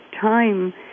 time